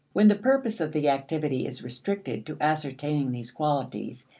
when the purpose of the activity is restricted to ascertaining these qualities,